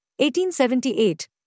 1878